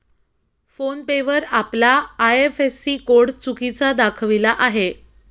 phone पे वर आपला IFSC code चुकीचा दाखविला आहे